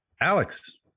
Alex